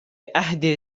عهد